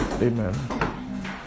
Amen